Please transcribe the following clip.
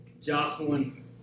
Jocelyn